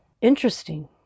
interesting